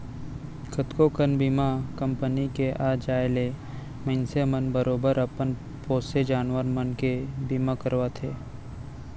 कतको कन बीमा कंपनी के आ जाय ले मनसे मन बरोबर अपन पोसे जानवर मन के बीमा करवाथें